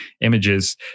images